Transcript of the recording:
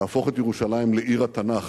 להפוך את ירושלים לעיר התנ"ך.